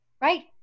right